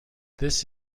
this